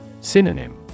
Synonym